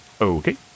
Okay